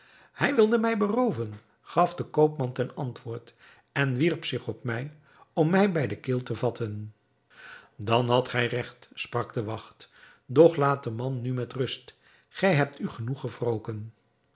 hij wilde mij berooven gaf de koopman ten antwoord en wierp zich op mij om mij bij de keel te vatten dan hadt gij regt sprak de wacht doch laat de man nu met rust gij hebt u genoeg gewroken